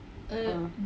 ah